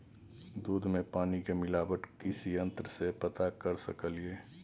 दूध में पानी के मिलावट किस यंत्र से पता कर सकलिए?